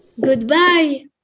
Goodbye